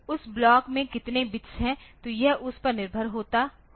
उस ब्लॉक में कितने बिट्स हैं तो यह उस पर निर्भर होगा